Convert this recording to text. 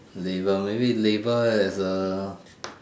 labour maybe labour is a